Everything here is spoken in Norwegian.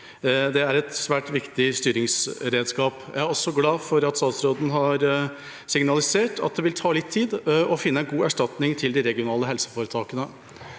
Det er et svært viktig styringsredskap. Jeg er også glad for at statsråden har signalisert at det vil ta litt tid å finne en god erstatning for de regionale helseforetakene.